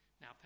Now